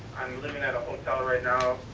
i'm living at a hotel right now,